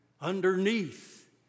Underneath